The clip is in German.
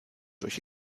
durch